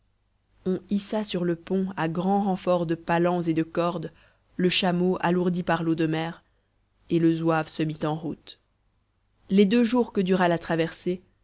hissa sur le pont à grand renfort de palans et de cordes le chameau alourdi par l'eau de mer et le zouave se mit en route les deux jours que dura la traversée